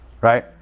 right